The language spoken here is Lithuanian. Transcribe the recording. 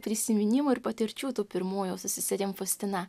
prisiminimų ir patirčių tų pirmųjų su seserim faustina